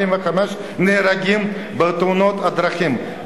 45 הרוגים בתאונות הדרכים,